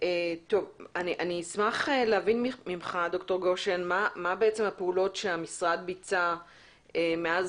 אני אשמח להבין ממך מה הפעולות שהמשרד ביצע מאז